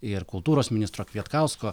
ir kultūros ministro kvietkausko